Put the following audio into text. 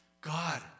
God